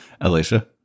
Alicia